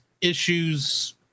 issues